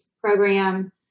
program